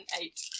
eight